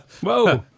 whoa